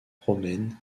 romaine